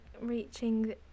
reaching